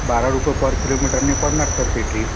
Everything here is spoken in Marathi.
बारा रुपये पर किलोमीटरने पडणार सर ती ट्रीप